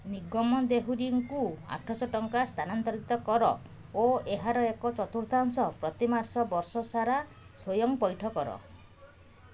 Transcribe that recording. ନିଗମ ଦେହୁରୀଙ୍କୁ ଆଠଶହ ଟଙ୍କା ସ୍ଥାନାନ୍ତରିତ କର ଓ ଏହାର ଏକ ଚତୁର୍ଥାଂଶ ପ୍ରତିମାସ ବର୍ଷ ସାରା ସ୍ଵୟଂ ପଇଠ କର